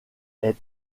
est